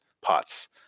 pots